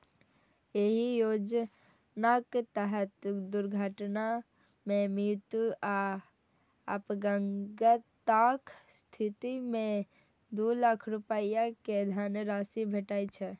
एहि योजनाक तहत दुर्घटना मे मृत्यु आ अपंगताक स्थिति मे दू लाख रुपैया के धनराशि भेटै छै